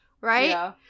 right